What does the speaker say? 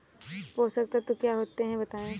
पोषक तत्व क्या होते हैं बताएँ?